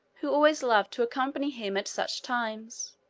who always loved to accompany him at such times.